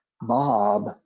Bob